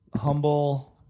humble